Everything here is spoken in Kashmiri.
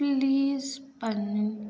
پُلیٖز پنُن